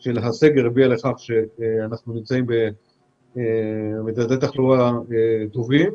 של הסגר הביאה לכך שאנחנו נמצאים בממדי תחלואה טובים.